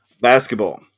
basketball